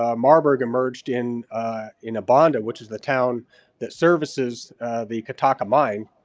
ah marburg emerged in in umbanda which is the town that services the kittaka mine,